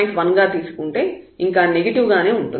1 గా తీసుకుంటే ఇంకా నెగటివ్ గానే ఉంటుంది